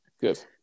Good